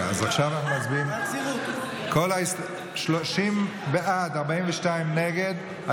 30 בעד, 42 נגד.